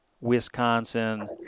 Wisconsin